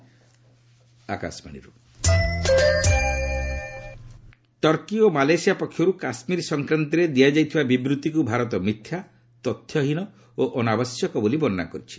India Kashmir Turkey ଓ Malaysia ପକ୍ଷରୁ କାଶ୍ମୀର ସଂକ୍ରାନ୍ତରେ ଦିଆଯାଇଥିବା ବିବୃତ୍ତିକୁ ଭାରତ ମିଥ୍ୟା ତଥ୍ୟହୀନ ଓ ଅନାବଶ୍ୟକ ବୋଲି ବର୍ଷନା କରିଛି